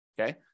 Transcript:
okay